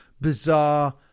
bizarre